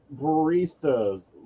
Baristas